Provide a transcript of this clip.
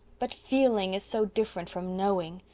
but feeling is so different from knowing.